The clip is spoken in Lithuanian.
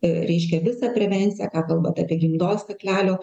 reiškia visą prevencijąką kalbant apie gimdos kaklelio